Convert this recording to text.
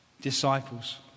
disciples